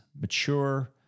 mature